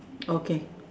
okay